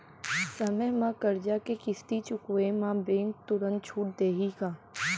समय म करजा के किस्ती चुकोय म बैंक तुरंत छूट देहि का?